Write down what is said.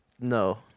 No